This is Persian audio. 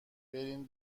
برین